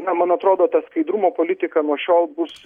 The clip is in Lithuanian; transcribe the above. na man atrodo ta skaidrumo politika nuo šiol bus